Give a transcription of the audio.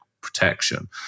protection